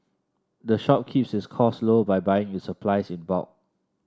the shop keeps its costs low by buying its supplies in bulk